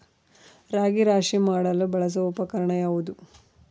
ರಾಗಿ ರಾಶಿ ಮಾಡಲು ಬಳಸುವ ಉಪಕರಣ ಯಾವುದು?